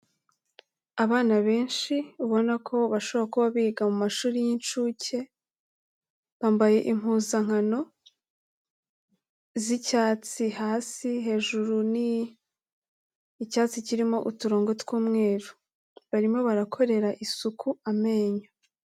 Abana benshi, ubona ko bashobora kuba biga mu mashuri y'incuke, bambaye impuzankano z'icyatsi hasi, hejuru ni icyatsi kirimo uturongo tw'umweru. Barimo barakorera isuku amenyo.